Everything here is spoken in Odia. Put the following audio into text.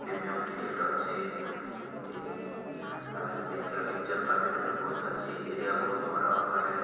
ପ୍ରିମିୟମ୍ ଟିକେଟ୍ ଅଛି ଏଇଠି ଦେଖିବା ପିକଚର୍ କ୍ଵାଲିଟି ବି ବହୁତ ଅଛି ଏରିଆ ବହୁତ ବଡ଼ ଆକାରରେ